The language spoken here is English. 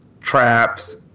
traps